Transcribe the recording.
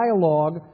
dialogue